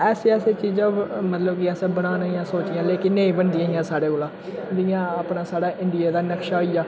ऐसी ऐसियां चीजां मतलब कि असें बनाने दियां सोचियां लेकिन नेईं बनदियां हियां साढ़े कोला जियां अपना साढ़ा इन्डियां दा नक्शा होई गेआ